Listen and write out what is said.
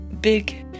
big